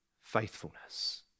faithfulness